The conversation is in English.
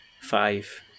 five